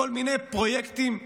בכל מיני פרויקטים הזויים,